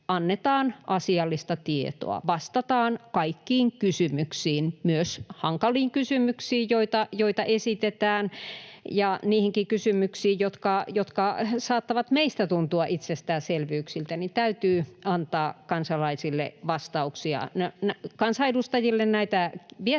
annetaan asiallista tietoa, vastataan kaikkiin kysymyksiin, myös hankaliin kysymyksiin, joita esitetään, ja niihinkin kysymyksiin, jotka saattavat meistä tuntua itsestäänselvyyksiltä. Täytyy antaa kansalaisille vastauksia. Kansanedustajille näitä viestejä